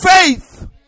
faith